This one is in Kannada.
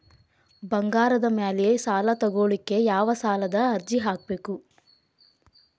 ಬಂಗಾರದ ಮ್ಯಾಲೆ ಸಾಲಾ ತಗೋಳಿಕ್ಕೆ ಯಾವ ಸಾಲದ ಅರ್ಜಿ ಹಾಕ್ಬೇಕು?